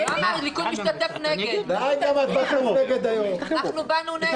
הליכוד משתתף נגד, אנחנו באנו נגד.